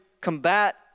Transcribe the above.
combat